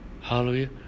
hallelujah